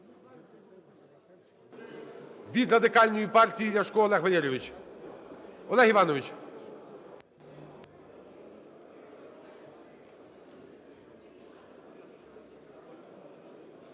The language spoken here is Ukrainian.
Від Радикальної партії Ляшко Олег Валерійович. Олег Іванович.